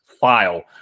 file